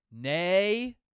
nay